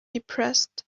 depressed